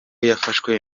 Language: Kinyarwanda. yafashwe